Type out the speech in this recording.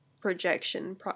projection